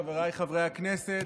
חבריי חברי הכנסת,